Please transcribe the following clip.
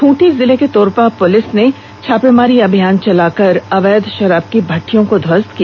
खूंटी जिले के तोरपा पुलिस ने छापेमारी अभियान चलाकर अवैध शराब की भटिठयों को ध्वस्त किया